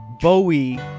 Bowie